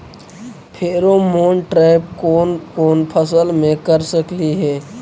Pheromone trap कोन कोन फसल मे कर सकली हे?